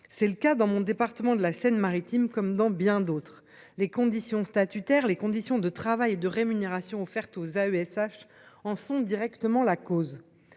c'est le cas dans mon département de la Seine maritime comme dans bien d'autres les conditions statutaires, les conditions de travail et de rémunération offerte aux AESH en sont directement la cause.